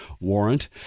warrant